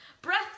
Breath